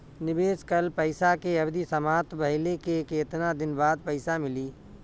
निवेश कइल पइसा के अवधि समाप्त भइले के केतना दिन बाद पइसा मिली?